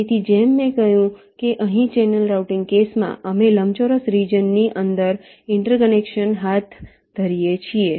તેથી જેમ મેં કહ્યું કે અહીં ચેનલ રાઉટિંગ કેસમાં અમે લંબચોરસ રિજન ની અંદર ઇન્ટરકનેક્શન્સ હાથ ધરીએ છીએ